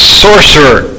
sorcerer